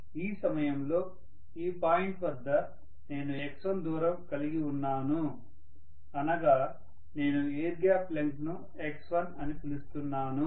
ఈ సమయంలో ఈ పాయింట్ వద్ద నేను x1 దూరం కలిగి ఉన్నాను అనగా నేను ఎయిర్ గ్యాప్ లెంగ్త్ ను x1 అని పిలుస్తున్నాను